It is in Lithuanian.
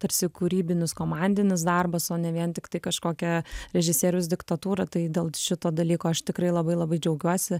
tarsi kūrybinis komandinis darbas o ne vien tiktai kažkokia režisierius diktatūra tai dėl šito dalyko aš tikrai labai labai džiaugiuosi